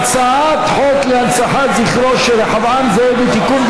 הצעת חוק להנצחת זכרו של רחבעם זאבי (תיקון,